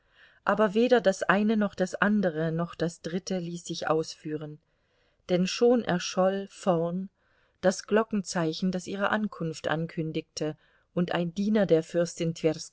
aber weder das eine noch das andere noch das dritte ließ sich ausführen denn schon erscholl vorn das glockenzeichen das ihre ankunft ankündigte und ein diener der fürstin